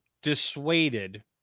dissuaded